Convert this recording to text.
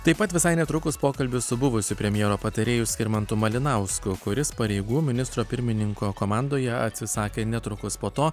taip pat visai netrukus pokalbis su buvusiu premjero patarėju skirmantu malinausku kuris pareigų ministro pirmininko komandoje atsisakė netrukus po to